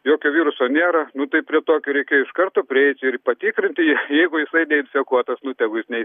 jokio viruso nėra nu tai prie tokių reikėjo iš karto prieiti ir patikrinti jeigu jisai neinfekuotas nu tegul jis nei